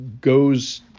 goes